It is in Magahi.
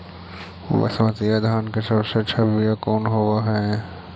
बसमतिया धान के सबसे अच्छा बीया कौन हौब हैं?